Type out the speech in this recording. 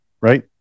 right